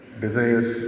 desires